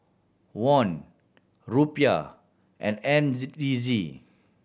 Won Rupiah and N Z D Z